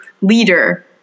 leader